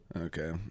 Okay